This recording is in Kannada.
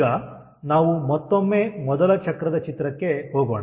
ಈಗ ನಾವು ಮತ್ತೊಮ್ಮೆ ಮೊದಲ ಚಕ್ರದ ಚಿತ್ರಕ್ಕೆ ಹೋಗೋಣ